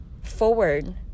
forward